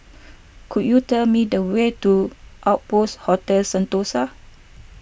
could you tell me the way to Outpost Hotel Sentosa